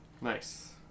Nice